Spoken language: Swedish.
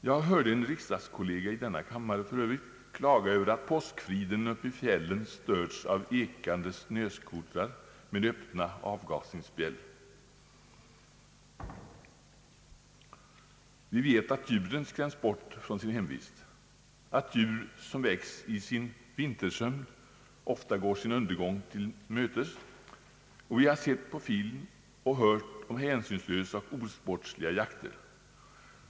Jag hörde en riksdagskollega — i denna kammare för övrigt — klaga över att påskfriden uppe i fjällen störts av ekan de snöseooters med öppna avgasningsspjäll. Vi vet att djuren skräms bort från sin hemvist, att djur som väcks i sin vintersömn ofta går sin undergång till mötes, och vi har sett på film och hört talas om hänsynslösa och osportsliga jakter.